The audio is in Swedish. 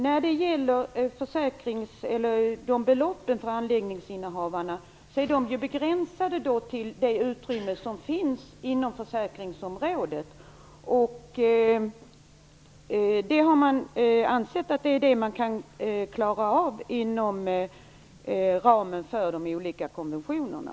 När det gäller beloppen för anläggningsinnehavarna är de begränsade till det utrymme som finns inom försäkringsområdet. Man har ansett att det är detta man kan klara av inom ramen för de olika konventionerna.